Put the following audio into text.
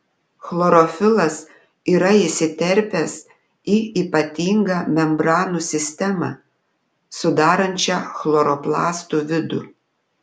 chlorofilas yra įsiterpęs į ypatingą membranų sistemą sudarančią chloroplastų vidų